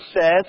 says